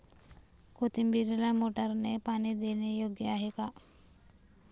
कोथिंबीरीला मोटारने पाणी देणे योग्य आहे का?